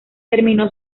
terminó